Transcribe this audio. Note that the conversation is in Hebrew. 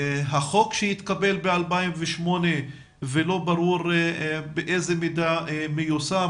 החוק שהתקבל ב-2008 ולא ברור באיזו מידה הוא מיושם,